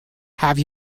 have